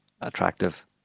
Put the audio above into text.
attractive